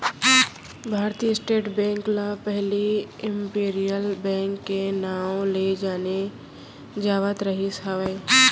भारतीय state bank ल पहिली इम्पीरियल बेंक के नांव ले जाने जावत रिहिस हवय